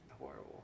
horrible